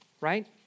right